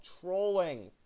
trolling